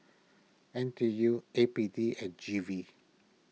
N T U A P D and G V